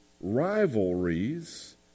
rivalries